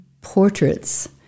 portraits